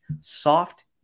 soft